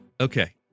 okay